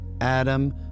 Adam